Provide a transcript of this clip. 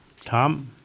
tom